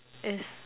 is